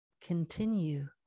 Continue